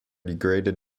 degraded